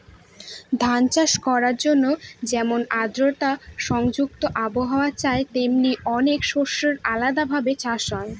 ধান চাষ করার জন্যে যেমন আদ্রতা সংযুক্ত আবহাওয়া চাই, তেমনি অনেক শস্যের আলাদা ভাবে চাষ হয়